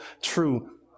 true